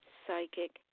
psychic